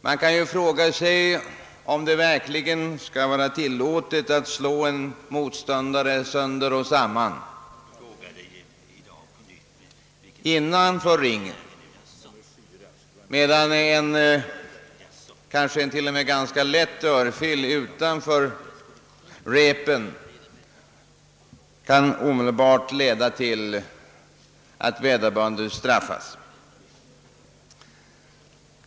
Man kan fråga sig, om det verkligen skall vara tillåtet att slå en motståndare sönder och samman innanför ringen, medan en kanske till och med ganska lätt örfil utanför ringen kan 1leda till att vederbörande straffas.